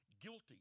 guilty